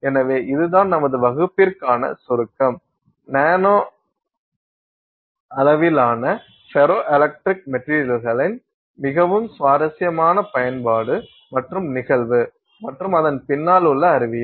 எனவே இது தான் நமது வகுப்பிற்கான சுருக்கம் நானோ அளவிலான ஃபெரோ எலக்ட்ரிக் மெட்டீரியல்களின் மிகவும் சுவாரஸ்யமான பயன்பாடு மற்றும் நிகழ்வு மற்றும் அதன் பின்னால் உள்ள அறிவியல்